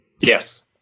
Yes